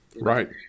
Right